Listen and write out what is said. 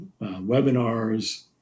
webinars